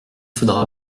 faudra